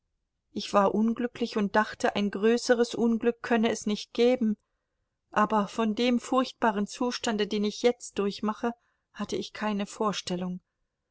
ich war unglücklich und dachte ein größeres unglück könne es nicht geben aber von dem furchtbaren zustande den ich jetzt durchmache hatte ich keine vorstellung